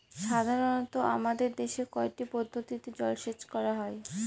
সাধারনত আমাদের দেশে কয়টি পদ্ধতিতে জলসেচ করা হয়?